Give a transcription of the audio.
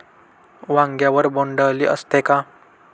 वांग्यावर बोंडअळी असते का?